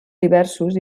diversos